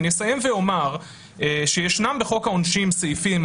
אני אסיים ואומר שישנם בחוק העונשין סעיפים,